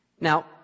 Now